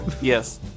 Yes